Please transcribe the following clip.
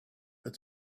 but